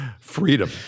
freedom